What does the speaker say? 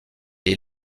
est